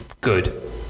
good